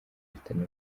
ifitanye